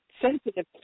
sensitive